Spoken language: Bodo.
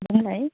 बुंलाय